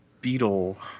beetle